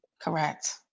Correct